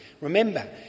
Remember